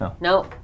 No